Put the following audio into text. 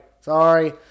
sorry